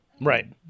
Right